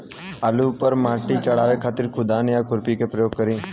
आलू पर माटी चढ़ावे खातिर कुदाल या खुरपी के प्रयोग करी?